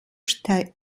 stelle